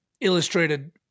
illustrated